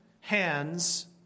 hands